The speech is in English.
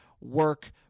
work